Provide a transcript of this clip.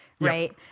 Right